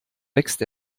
wächst